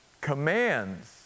commands